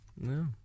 No